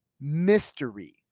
mystery